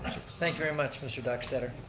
thank you very much, mr. dockstader.